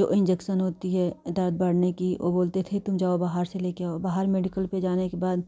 जो इंजेक्शन होती है दर्द बढ़ने कि वह बोलते थे तुम जाओ बाहर से लेकर आओ बाहर मेडिकल पर जाने के बाद